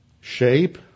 Shape